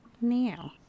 now